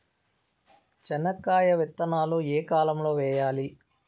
చెనక్కాయ విత్తనాలు ఏ కాలం లో వేయాలి?